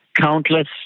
countless